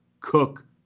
Cook